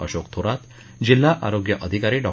अशोक थोरात जिल्हा आरोग्य अधिकारी डॉ